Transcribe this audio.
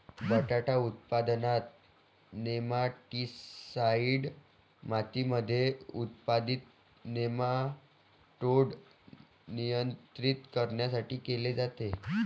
बटाटा उत्पादनात, नेमाटीसाईड मातीमध्ये उत्पादित नेमाटोड नियंत्रित करण्यासाठी केले जाते